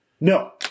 No